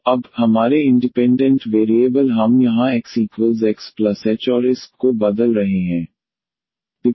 तो अब हमारे इंडिपेंडेंट वेरिएबल हम यहाँ x X h और इस y को बदल रहे हैं